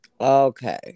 Okay